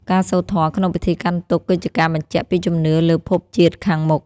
ការសូត្រធម៌ក្នុងពិធីកាន់ទុក្ខ គឺជាការបញ្ជាក់ពីជំនឿលើភពជាតិខាងមុខ។